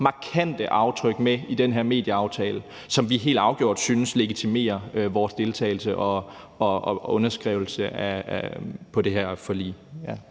markante aftryk med i den her medieaftale, som vi helt afgjort synes legitimerer vores deltagelse i og underskrivelse af det her forlig.